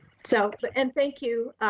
so and thank you.